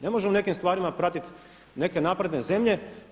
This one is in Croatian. Ne možemo u nekim stvarima pratiti neke napredne zemlje.